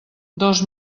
dos